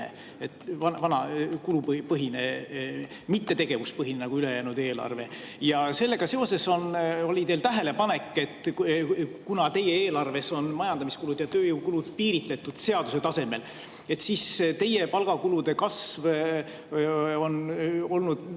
vana, kulupõhine, mitte tegevuspõhine nagu ülejäänud eelarve. Sellega seoses oli teil tähelepanek, et kuna teie eelarves on majandamiskulud ja tööjõukulud piiritletud seaduse tasemel, siis teie palgakulude kasv on olnud